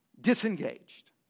disengaged